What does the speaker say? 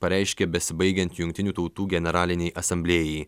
pareiškė besibaigiant jungtinių tautų generalinei asamblėjai